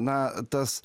na tas